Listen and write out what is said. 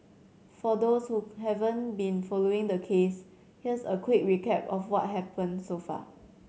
for those who haven't been following the case here's a quick recap of what's happened so far